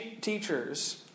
teachers